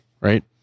right